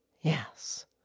Yes